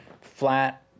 flat